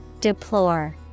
Deplore